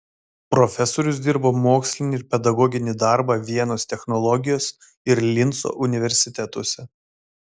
profesorius dirbo mokslinį ir pedagoginį darbą vienos technologijos ir linco universitetuose